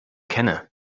kenne